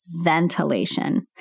ventilation